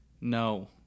No